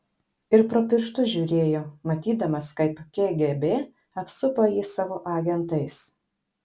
ir pro pirštus žiūrėjo matydamas kaip kgb apsupo jį savo agentais